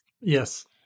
Yes